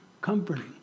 comforting